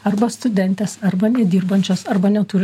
arba studentės arba nedirbančios arba neturi